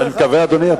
אני מקווה, אדוני.